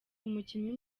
umukinnyi